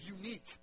unique